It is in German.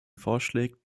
vorschlägt